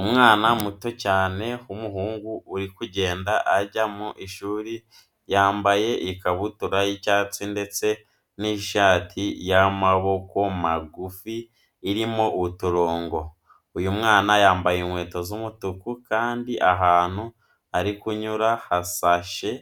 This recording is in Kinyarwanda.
Umwana muto cyane w'umuhungu uri kugenda ajya mu ishuri, yambaye ikabutura y'icyatsi ndetse n'ishati y'amaboko magufi irimo uturongo. Uyu mwana yambaye inkweto z'umutuku kandi ahantu ari kunyura hasashe